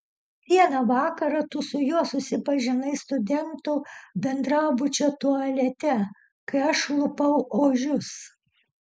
vieną vakarą tu su juo susipažinai studentų bendrabučio tualete kai aš lupau ožius